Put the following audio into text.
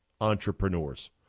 entrepreneurs